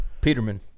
Peterman